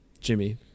jimmy